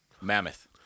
Mammoth